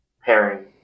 pairing